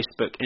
Facebook